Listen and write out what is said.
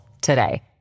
today